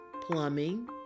plumbing